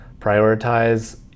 prioritize